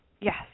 Yes